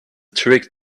trick